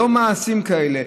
לא מעשים כאלה,